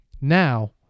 now